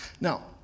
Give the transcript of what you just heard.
Now